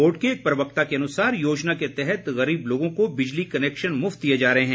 board के एक प्रवक्ता के अनुसार योजना के तहत गरीब लोगों को बिजली कनेक्शन मुफ्त दिए जा रहे हैं